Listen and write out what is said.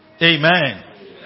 Amen